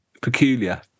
peculiar